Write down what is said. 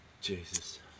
Jesus